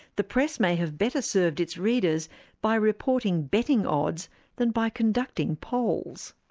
the press may have better served its readers by reporting betting odds than by conducting polls.